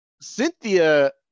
Cynthia